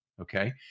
Okay